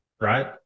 right